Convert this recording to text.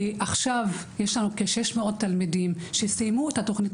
יש לנו כ-600 תלמידים שסיימו את התוכנית